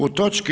U toč.